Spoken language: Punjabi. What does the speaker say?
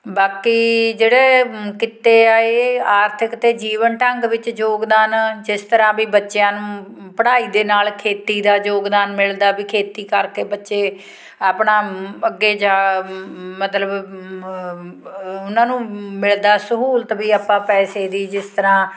ਬਾਕੀ ਜਿਹੜੇ ਕਿੱਤੇ ਆ ਇਹ ਆਰਥਿਕ ਅਤੇ ਜੀਵਨ ਢੰਗ ਵਿੱਚ ਯੋਗਦਾਨ ਜਿਸ ਤਰ੍ਹਾਂ ਵੀ ਬੱਚਿਆਂ ਨੂੰ ਪੜ੍ਹਾਈ ਦੇ ਨਾਲ ਖੇਤੀ ਦਾ ਯੋਗਦਾਨ ਮਿਲਦਾ ਵੀ ਖੇਤੀ ਕਰਕੇ ਬੱਚੇ ਆਪਣਾ ਅੱਗੇ ਜਾ ਮਤਲਬ ਉਹਨਾਂ ਨੂੰ ਮਿਲਦਾ ਸਹੂਲਤ ਵੀ ਆਪਾਂ ਪੈਸੇ ਦੀ ਜਿਸ ਤਰ੍ਹਾਂ